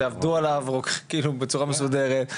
שעבדו עליו כאילו בצורה מסודרת,